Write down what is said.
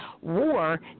War